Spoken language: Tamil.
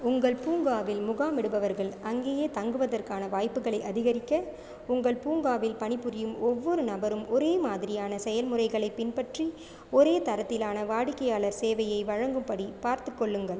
உங்கள் பூங்காவில் முகாமிடுபவர்கள் அங்கேயே தங்குவதற்கான வாய்ப்புகளை அதிகரிக்க உங்கள் பூங்காவில் பணிபுரியும் ஒவ்வொரு நபரும் ஒரே மாதிரியான செயல்முறைகளைப் பின்பற்றி ஒரே தரத்திலான வாடிக்கையாளர் சேவையை வழங்கும்படி பார்த்துக்கொள்ளுங்கள்